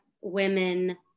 women